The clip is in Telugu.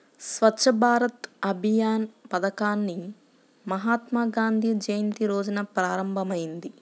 స్వచ్ఛ్ భారత్ అభియాన్ పథకాన్ని మహాత్మాగాంధీ జయంతి రోజున ప్రారంభమైంది